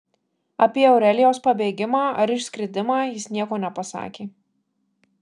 apie aurelijaus pabėgimą ar išskridimą jis nieko nepasakė